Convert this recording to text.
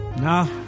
Nah